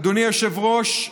אדוני היושב-ראש,